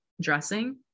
dressing